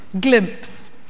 glimpse